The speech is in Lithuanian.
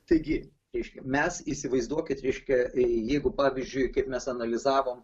taigi reiškia mes įsivaizduokit reiškia jeigu pavyzdžiui kaip mes analizavom